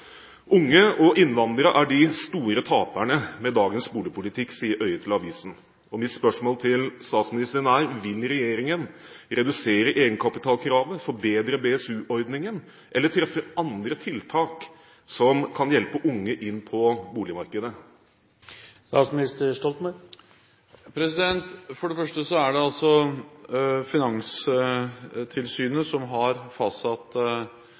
og innvandrere er de store taperne med dagens boligpolitikk», sier Øye til avisen. Mitt spørsmål til statsministeren er: Vil regjeringen redusere egenkapitalkravet, forbedre BSU-ordningen eller treffe andre tiltak som kan hjelpe unge inn på boligmarkedet? For det første er det altså Finanstilsynet som har fastsatt